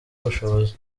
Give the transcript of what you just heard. ubushobozi